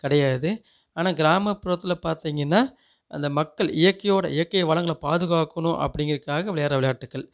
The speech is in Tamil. கிடையாது ஆனால் கிராமப்புறத்தில் பார்த்தீங்கன்னா அந்த மக்கள் இயற்கையோட இயற்கை வளங்களை பாதுகாக்கணும் அப்படிங்கிறதுக்காக விளையாடுகிற விளையாட்டுக்கள்